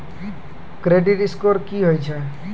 Credit score की होय छै?